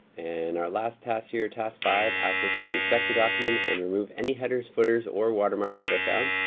and our last task here, task five, asks us to inspect the document and remove any headers, footers, or watermarks that are found.